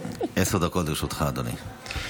עשר דקות לרשותך, אדוני.